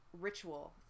ritual